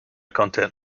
content